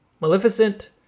Maleficent